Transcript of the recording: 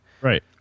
right